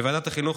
בוועדת החינוך,